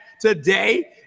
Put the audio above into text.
today